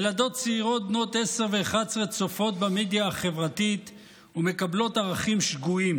ילדות צעירות בנות 10 ו-11 צופות במדיה החברתית ומקבלות ערכים שגויים,